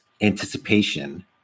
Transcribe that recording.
anticipation